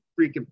freaking